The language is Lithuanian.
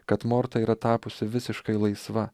kad morta yra tapusi visiškai laisva